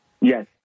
Yes